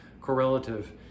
correlative